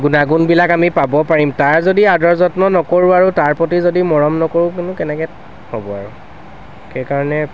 গুণাগুণবিলাক আমি পাব পাৰিম তাৰ যদি আদৰ যত্ন নকৰোঁ আৰু তাৰ প্ৰতি যদি মৰম নকৰোঁ নো কেনেকৈ হ'ব সেইকাৰণে